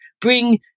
bring